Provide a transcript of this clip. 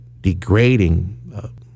degrading